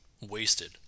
wasted